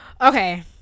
Okay